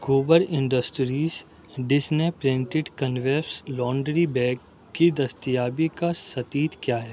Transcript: COBOL industries ڈسنے printed canvas laundry bag کی دستیابی کا ستیت کیا ہے